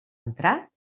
entrat